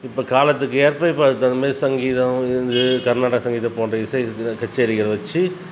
இப்போ காலத்துக்கு ஏற்ப இப்போ அதுக்கு தகுந்தமாரி சங்கீதம் கர்நாடக சங்கீதம் போன்ற இசை கச்சேரிகள் வெச்சு